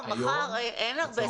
מחר, אין הרבה זמן.